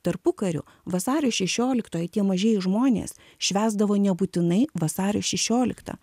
tarpukariu vasario šešioliktoji tie mažieji žmonės švęsdavo nebūtinai vasario šešioliktą